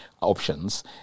options